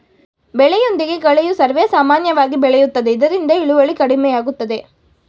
ಬೆಳೆಯೊಂದಿಗೆ ಕಳೆಯು ಸರ್ವೇಸಾಮಾನ್ಯವಾಗಿ ಬೆಳೆಯುತ್ತದೆ ಇದರಿಂದ ಇಳುವರಿ ಕಡಿಮೆಯಾಗುತ್ತದೆ